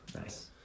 Nice